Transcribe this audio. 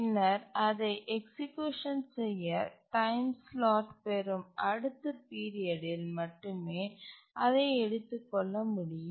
பின்னர் அதை எக்சீக்யூசன் செய்ய டைம் ஸ்லாட் பெறும் அடுத்த பீரியட்இல் மட்டுமே அதை எடுத்துக் கொள்ள முடியும்